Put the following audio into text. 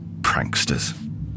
Pranksters